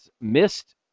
missed